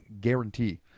guarantee